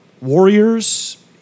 warriors